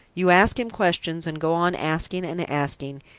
you ask him questions and go on asking and asking,